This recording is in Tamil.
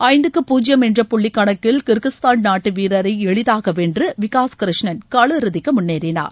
ஐந்துக்கு பூஜ்யம் என்ற புள்ளி கணக்கில் கிருகிஸ்தான் நாட்டு வீரரை எளிதாக வென்று விகாஸ் கிருஷ்ணன் காலிறுதிக்கு முன்னேறினார்